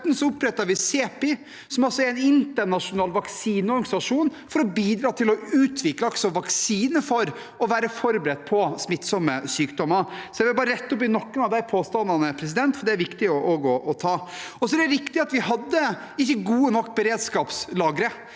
I 2017 opprettet man CEPI, som er en internasjonal vaksineorganisasjon, for å bidra til å utvikle vaksine for å være forberedt på smittsomme sykdommer. Jeg vil bare rette opp i noen av påstandene, det er viktig. Det er riktig at vi ikke hadde gode nok beredskapslagre,